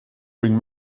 bring